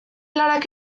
lanak